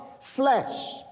flesh